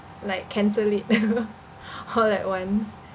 like cancel it all at once